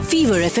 Fever